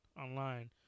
online